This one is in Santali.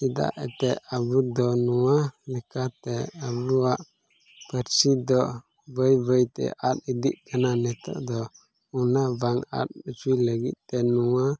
ᱪᱮᱫᱟᱜ ᱮᱱᱛᱮᱫ ᱟᱵᱚ ᱫᱚ ᱱᱚᱣᱟ ᱞᱮᱠᱟᱛᱮ ᱟᱵᱚᱣᱟᱜ ᱯᱟᱹᱨᱥᱤ ᱫᱚ ᱵᱟᱹᱭᱼᱵᱟᱹᱭᱛᱮ ᱟᱫ ᱤᱫᱤᱜ ᱠᱟᱱᱟ ᱱᱤᱛᱚᱜ ᱫᱚ ᱚᱱᱟ ᱵᱟᱝ ᱟᱫ ᱦᱚᱪᱚᱭ ᱞᱟᱹᱜᱤᱫᱛᱮ ᱱᱚᱣᱟ